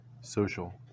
Social